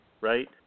right